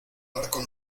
barco